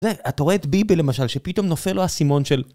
ואתה רואה את ביבי למשל, שפתאום נופל לו הסימון של...